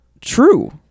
true